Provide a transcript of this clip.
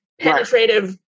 penetrative